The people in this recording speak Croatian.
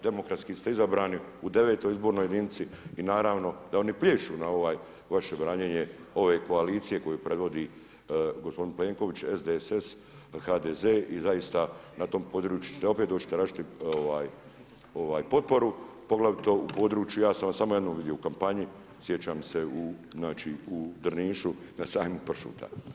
Demokratski ste izabrani u 9. izbornoj jedini i naravno, da oni plješću na ovo vaše branjenje ove koalicije koju predvodi gospodin Plenković, SDSS, HDZ i zaista na tom području ćete opet doći tražiti potporu, poglavito u području, ja sam vas samo jednom vidio u kampanji, sjećam se u Drnišu na sajmu pršuta.